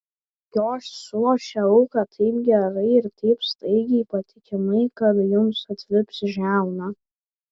jos sulošia auką taip gerai ir taip staigiai patikimai kad jums atvips žiauna